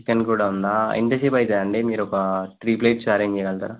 chicken కూడా ఉందా ఎంతసేపు అయితాదండి మీరొక ఒక త్రీ ప్లేట్స్ అరేంజ్ చేయగలుతారా